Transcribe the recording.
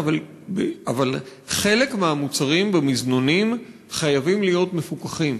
אבל חלק מהמוצרים במזנונים חייבים להיות מפוקחים: